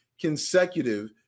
consecutive